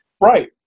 Right